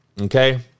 Okay